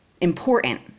important